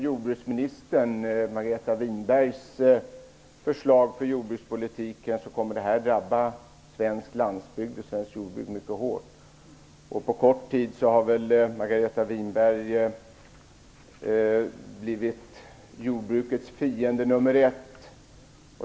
Winbergs förslag för jordbrukspolitiken kommer detta förslag att drabba svensk landsbygd och svenskt jordbruk mycket hårt. På kort tid har Margareta Winberg blivit jordbrukets fiende nummer ett.